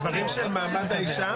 יש כבוד לייעוץ המשפטי.